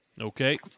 Okay